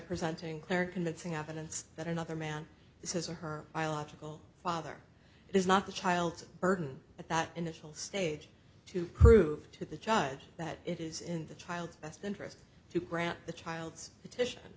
presenting clear convincing evidence that another man is his or her biological father is not the child's burden at that initial stage to prove to the judge that it is in the child's best interest to grant the child's petition